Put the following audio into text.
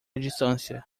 distância